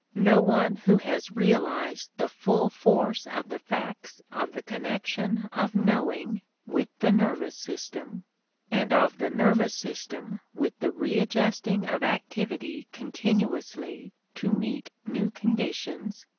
no one who has realized the full force of the facts of the connection of knowing with the nervous system and of the nervous system with the readjusting of activity continuously to meet new conditions,